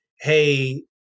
Hey